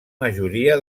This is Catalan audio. majoria